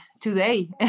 today